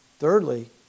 Thirdly